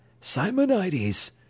Simonides